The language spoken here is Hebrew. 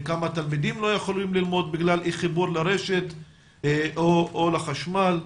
כמה תלמידים לא יכולים ללמוד בגלל אי-חיבור לרשת או לחשמל?